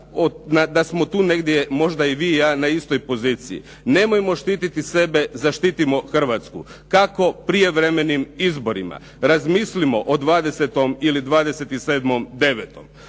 da smo tu negdje možda i vi i ja na istoj poziciji. Nemojmo štiti sebe, zaštitimo Hrvatsku. Kako? Prijevremenim izborima. Razmislimo o 20. ili 27.9.